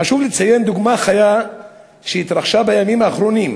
חשוב לציין דוגמה חיה שהתרחשה בימים האחרונים,